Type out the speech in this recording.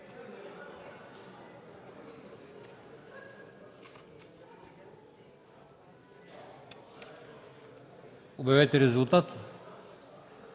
Обявете резултат.